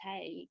take